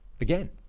again